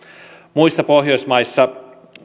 muissa pohjoismaissa